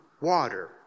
water